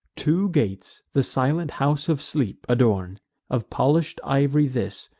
two gates the silent house of sleep adorn of polish'd ivory this,